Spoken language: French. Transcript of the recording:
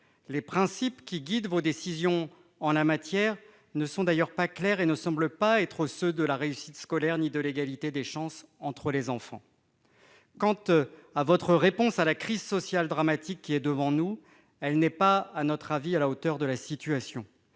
Les principes qui guident vos décisions en la matière ne sont d'ailleurs pas clairs et ne semblent être ceux ni de la réussite scolaire ni de l'égalité des chances entre les enfants. Quant à votre réponse à la crise sociale dramatique qui est devant nous, elle n'est pas, à notre avis, à la hauteur de la situation.